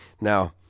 Now